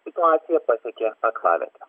situacija pasiekė aklavietę